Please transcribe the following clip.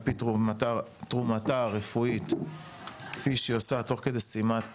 פי תרומתה הרפואית כפי שהיא עושה תוך כדי שימת לב,